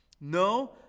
No